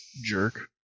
Jerk